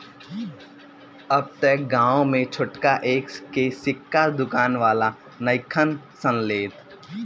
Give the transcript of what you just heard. अब त गांवे में छोटका एक के सिक्का दुकान वाला नइखन सन लेत